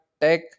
tech